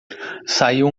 saiu